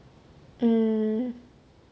mm